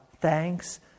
thanks